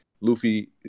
Luffy